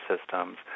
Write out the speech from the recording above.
systems